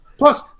Plus